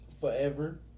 Forever